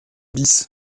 bis